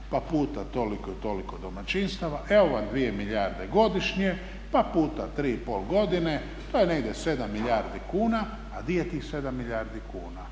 pa puta toliko i toliko domaćinstava. Evo vam 2 milijarde godišnje pa puta 3,5 godine to je negdje 7 milijardi kuna, a di je tih 7 milijardi kuna?